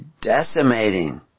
decimating